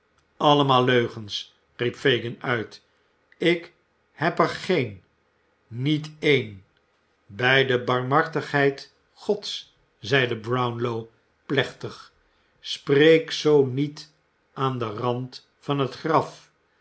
allemaal leugens riep fagin uit ik heb er geen niet één bij de barmhartigheid gods zeide brownlow plechtig spreek zoo niet aan den rand van het graf